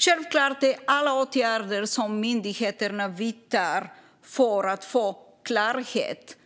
Självklart är alla åtgärder som myndigheterna vidtar för att få klarhet